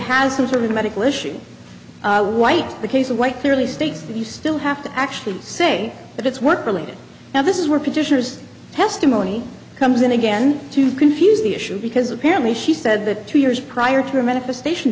has some sort of medical issue white the case of white clearly states that you still have to actually say that it's work related now this is where petitioners testimony comes in again to confuse the issue because apparently she said that two years prior to a manifestation